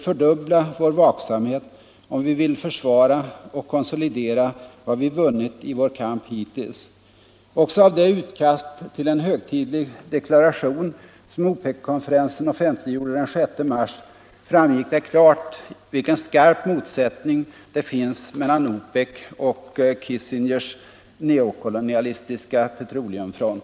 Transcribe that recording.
fördubbla vår vaksamhet om vi vill försvara och konsolidera vad vi vunnit i vår kamp hittills.” Också av det utkast till en ”högtidlig deklaration” som OPEC-konferensen offentliggjorde den 6 mars framgick klart vilken skarp motsättning det finns mellan OPEC och Kissingers neokolonialistiska petroleumfront.